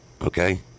okay